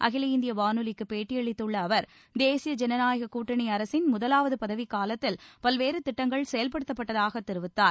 அகில இந்திய வானொலிக்கு பேட்டியளித்துள்ள அவர் தேசிய ஜனநாயக கூட்டணி அரசின் முதலாவது பதவிக்காலத்தில் பல்வேறு திட்டங்கள் செயல்படுத்தப்பட்டதாக தெரிவித்தார்